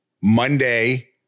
Monday